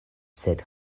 sed